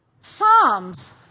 Psalms